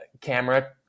camera